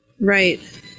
right